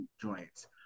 joints